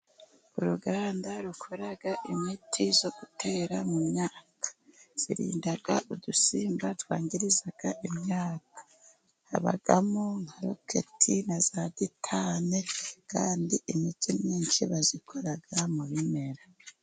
Uruganda rukora imiti yo gutera mu myaka, irinda udusimba twangiriza imyaka habamo nka roketi, na za tetane kandi imiti myinshi bayikora mu bimera.